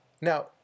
Now